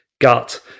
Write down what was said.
gut